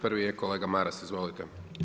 Prvi je kolega Maras, izvolite.